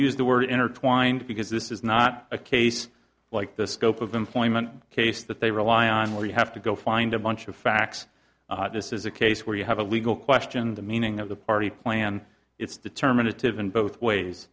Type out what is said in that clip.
use the word intertwined because this is not a case like this scope of employment case that they rely on where you have to go find a bunch of facts this is a case where you have a legal question the meaning of the party plan it's determinative in both ways